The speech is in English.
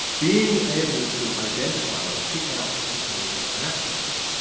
being able to identify, or pick out particulars of that kind,